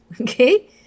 Okay